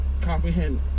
comprehend